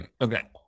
Okay